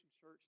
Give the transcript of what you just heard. Church